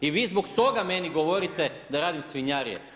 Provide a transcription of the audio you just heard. I vi zbog toga meni govorite da radim svinjarije.